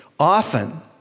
Often